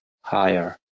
higher